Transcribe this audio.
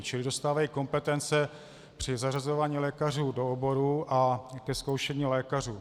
Čili dostávají kompetence při zařazování lékařů do oborů a ke zkoušení lékařů.